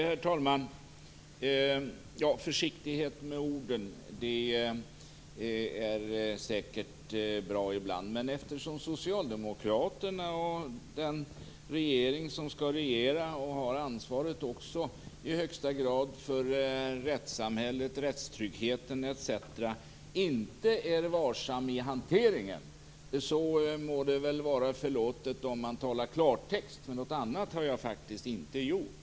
Herr talman! Försiktighet med orden är säkert bra ibland. Men eftersom Socialdemokraterna och den regering som skall regera - och som också i högsta grad har ansvaret för rättssamhället, rättstryggheten etc. - inte är varsamma i hanteringen, så må det väl vara förlåtet om man talar klartext. Något annat har jag faktiskt inte gjort.